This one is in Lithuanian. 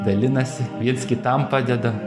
dalinasi viens kitam padeda